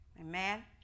Amen